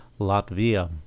Latvia